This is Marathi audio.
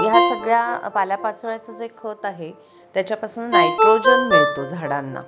ह्या सगळ्या पाल्यापाचोळ्याचं जे खत आहे त्याच्यापासून नायट्रोजन मिळतो झाडांना